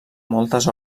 moltes